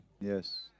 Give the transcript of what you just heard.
Yes